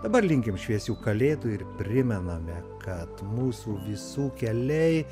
dabar linkim šviesių kalėdų ir primename kad mūsų visų keliai